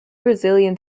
brazilian